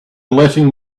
letting